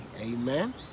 Amen